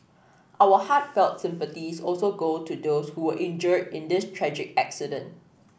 our heartfelt sympathies also go to those who were injured in this tragic accident